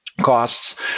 costs